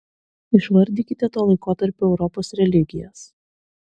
išvardykite to laikotarpio europos religijas